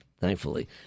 thankfully